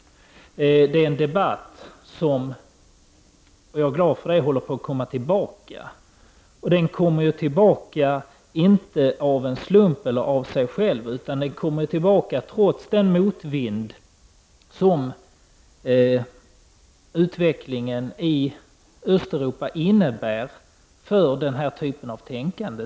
Det är en debatt som håller på att komma tillbaka, och jag är glad för det. Och den kommer inte tillbaka av en slump eller av sig själv, utan den kommmer tillbaka trots den motvind som utvecklingen i Östeuropa innebär för den här typen av tänkande.